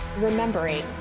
remembering